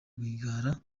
rwigara